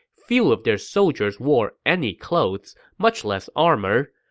few of their soldiers wore any clothes, much less armor.